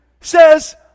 says